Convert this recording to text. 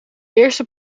eerste